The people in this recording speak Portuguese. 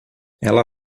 ela